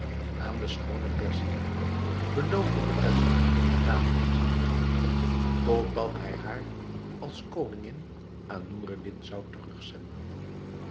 aan de schone perziane beloofde de kalif eene kamer in zijn paleis totdat hij haar als koningin aan noureddin zou terugzenden